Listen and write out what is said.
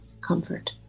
comfort